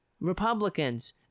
Republicans